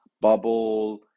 bubble